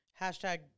Hashtag